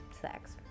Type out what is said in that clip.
sex